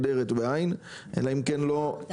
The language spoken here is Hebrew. אלא אם כן --- אני